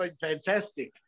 fantastic